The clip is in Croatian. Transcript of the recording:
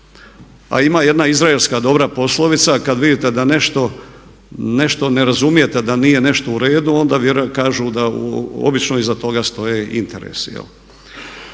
A ima jedna izraelska dobra poslovica „Kad vidite da nešto ne razumijete, da nije nešto u redu onda kažu da obično iza toga stoje interesi“.